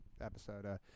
episode